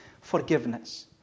forgiveness